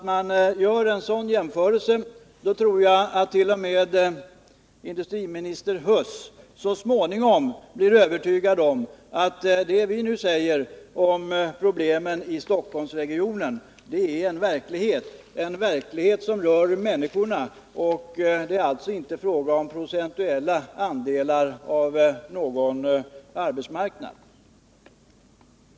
Om man gör en sådan jämförelse tror jag att t.o.m. industriminister Huss så småningom blir övertygad om att det vi nu säger om problemen i Stockholmsregionen är en verklighet som rör människorna. Det är alltså inte fråga om procentuella andelar av arbetsmarknaden.